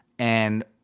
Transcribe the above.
and,